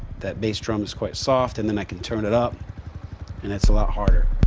that bass drum is quite soft and then i can turn it up and it's a lot harder.